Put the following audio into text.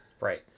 right